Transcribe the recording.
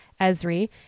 ESRI